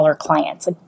clients